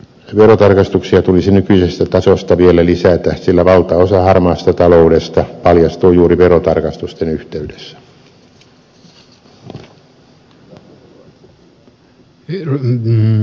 verotarkastuksia tulisi nykyisestä tasosta vielä lisätä sillä valtaosa harmaasta taloudesta paljastuu juuri verotarkastusten yhteydessä